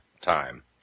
time